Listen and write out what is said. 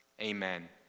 Amen